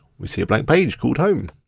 we see a blank page called home.